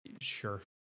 sure